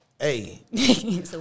Hey